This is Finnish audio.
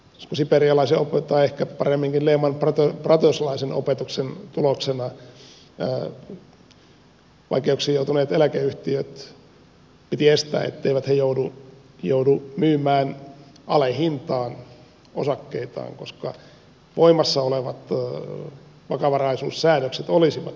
jolla siperialaisen tai ehkä paremminkin lehmanbrotherslaisen opetuksen tuloksena piti estää etteivät vaikeuksiin joutuneet eläkeyhtiöt joudu myymään alehintaan osakkeitaan koska voimassa olevat vakavaraisuussäädökset olisivat johtaneet siihen